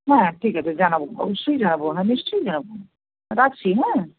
হ্যাঁ ঠিক আছে জানাবো অবশ্যই জানাবো হ্যাঁ নিশ্চই জানাবো রাখছি হ্যাঁ